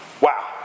Wow